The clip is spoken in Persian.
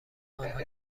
آنها